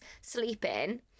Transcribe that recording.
sleeping